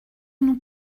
nous